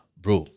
bro